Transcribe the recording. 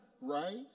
right